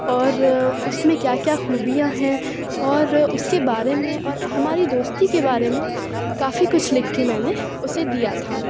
اور اس میں کیا کیا خوبیاں ہیں اور اس کے بارے میں اور ہماری دوستی کے بارے میں کافی کچھ لکھ کے میں نے اسے دیا تھا